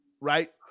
right